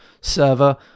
server